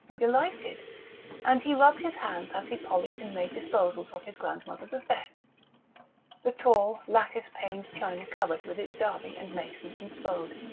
delighted and he rubbed his hands as he polished and made disposals of his grandmother's effects the tall lattice-paned china cupboard with its derby and mason and spode,